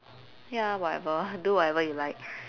ya whatever do whatever you like